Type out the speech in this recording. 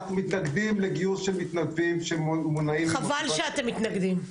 אנחנו מתנגדים לגיוס של מתנדבים שמונעים--- חבל שאתם מתנגדים.